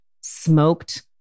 smoked